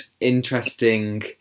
interesting